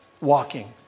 walking